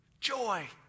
Joy